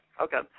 Okay